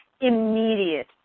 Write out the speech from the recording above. immediate